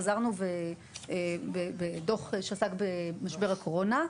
חזרנו בדוח שעסק במשבר הקורונה,